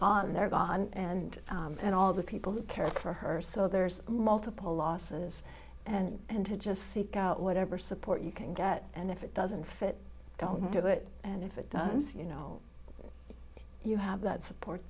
and their god and and all the people who cared for her so there's multiple losses and to just seek out whatever support you can get and if it doesn't fit don't do it and if it is you know you have that support